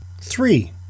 Three